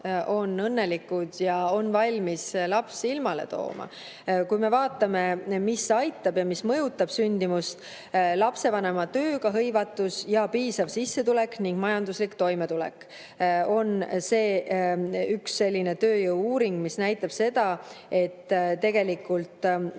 on õnnelikud ja on valmis lapsi ilmale tooma. Kui me vaatame, mis aitab ja mis mõjutab sündimust. Lapsevanema tööga hõivatus ja piisav sissetulek ning majanduslik toimetulek. On üks selline tööjõu-uuring, mis näitab seda, et kui